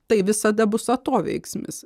tai visada bus atoveiksmis